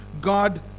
god